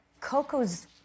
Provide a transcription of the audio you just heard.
Coco's